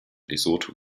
lesotho